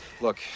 Look